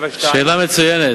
272. שאלה מצוינת.